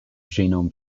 genome